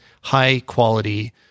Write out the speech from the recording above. high-quality